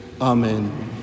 amen